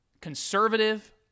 conservative